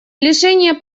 лишение